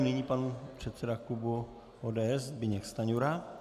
Nyní pan předseda klubu ODS Zbyněk Stanjura.